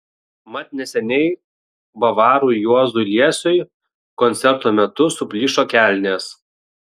mat neseniai bavarui juozui liesiui koncerto metu suplyšo kelnės